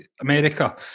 America